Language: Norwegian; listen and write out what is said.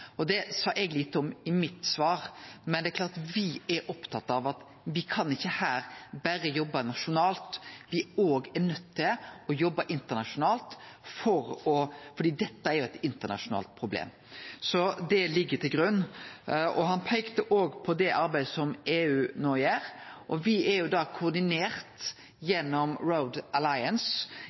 her. Det sa eg lite om i svaret mitt, men me er opptekne av at me her ikkje kan jobbe berre nasjonalt, me er òg nøydde til å jobbe internasjonalt, fordi dette er eit internasjonalt problem. Det ligg til grunn. Han peikte òg på det arbeidet som EU no gjer, og me er gjennom